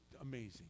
amazing